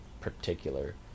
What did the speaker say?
particular